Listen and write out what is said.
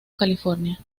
california